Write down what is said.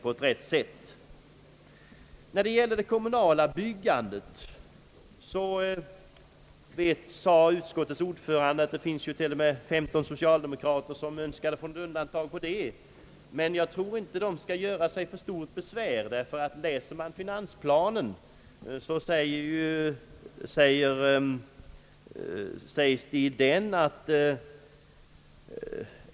Beträffande det kommunala byggandet sade utskottets ordförande, att det t.o.m. finns 15 socialdemokrater som önskar ett undantag för det. Jag tror emellertid inte att de skall göra sig för stort besvär, utan i stället läsa vad som sägs i finansplanen.